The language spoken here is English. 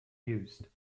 used